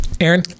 Aaron